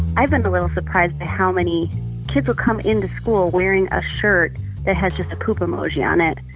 i've been a little surprised how many people come into school wearing a shirt that has just the poop emoji on it.